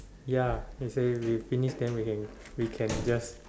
ya she say we finish then we can we can just